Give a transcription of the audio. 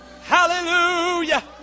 Hallelujah